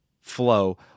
flow